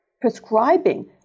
prescribing